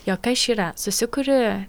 jo kas čia yra susikuri